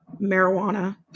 marijuana